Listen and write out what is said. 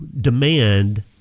demand